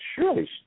surely